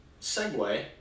Segway